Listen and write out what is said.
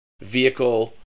vehicle